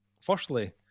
firstly